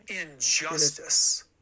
injustice